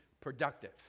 productive